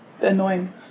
annoying